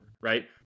right